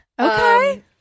Okay